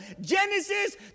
Genesis